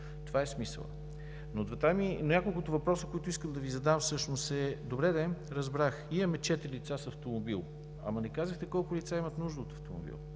Това е смисълът. Няколкото въпроса, които искам да Ви задам. Добре де, разбрах, имаме четири лица с автомобил, ама не казахте колко лица имат нужда от автомобил.